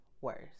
worse